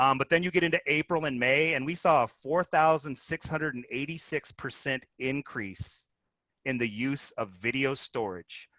um but then you get into april and may. and we saw a four thousand six hundred and eighty six increase in the use of video storage.